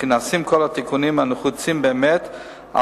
וכי נעשים כל התיקונים הנחוצים באמת על